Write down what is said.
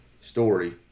story